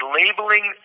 labeling